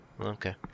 Okay